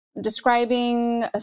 describing